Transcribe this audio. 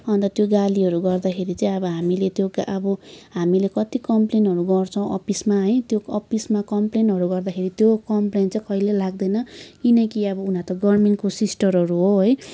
अन्त त्यो गालीहरू गर्दाखेरि चाहिँ अब हामीले त्यो अब हामीले कति कमप्लेनहरू गर्छौँ अफिसमा है त्यो अफिसमा त्यो कमप्लेनहरू गर्दाखेरि त्यो कमप्लेन चाहिँ कहिले लाग्दैन किनकि अब उनीहरू त गभर्मेन्टको सिस्टरहरू हो है